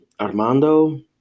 Armando